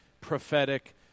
prophetic